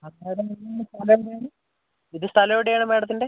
അതായത് നിങ്ങളുടെ സ്ഥലം എവിടെയാണ് ഇത് സ്ഥലം എവിടെയാണ് മാഡത്തിൻ്റെ